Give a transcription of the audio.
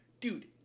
dude